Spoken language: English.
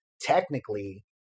technically